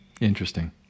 Interesting